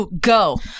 Go